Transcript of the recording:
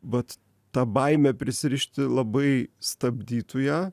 vat ta baimė prisirišti labai stabdytų ją